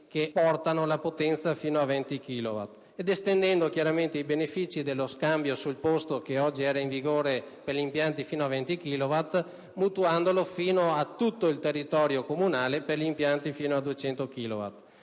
gli impianti di potenza fino a 20 kilowatt ed estendendo chiaramente i benefìci per lo scambio sul posto, che oggi è in vigore per impianti fino a 20 kilowatt, a tutto il territorio comunale per gli impianti fino a 200 kilowatt.